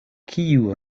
kiu